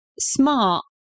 smart